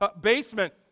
basement